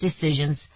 decisions